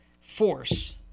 force